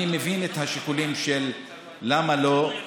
אני מבין את השיקולים למה לא,